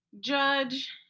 judge